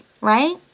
right